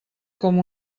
com